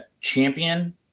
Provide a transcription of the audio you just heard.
champion